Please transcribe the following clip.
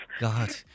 God